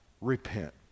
repent